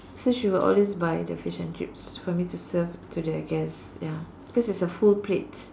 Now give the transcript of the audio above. so she will always buy the fish and chips for me to serve to the guest ya because it's a full plate